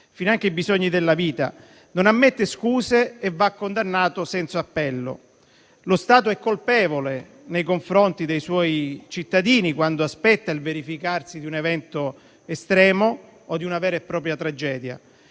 finanche i bisogni della vita), non ammette scuse e va condannato senza appello. Lo Stato è colpevole nei confronti dei suoi cittadini quando aspetta il verificarsi di un evento estremo o di una vera e propria tragedia,